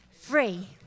free